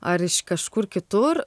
ar iš kažkur kitur